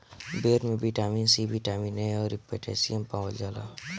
बेर में vitamin C, vitamin A अउरी पोटैशियम पावल जाला